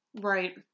right